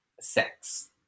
sex